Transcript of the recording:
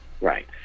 right